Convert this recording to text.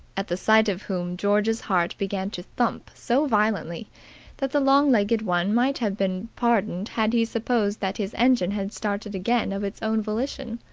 at the sight of whom george's heart began to thump so violently that the long-legged one might have been pardoned had he supposed that his engine had started again of its own volition.